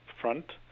front